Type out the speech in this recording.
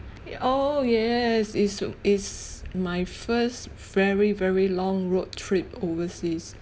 ya oh yes is to is my first very very long road trip overseas